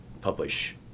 publish